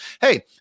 hey